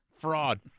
fraud